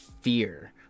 fear